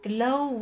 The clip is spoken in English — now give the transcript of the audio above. GLOW